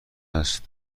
است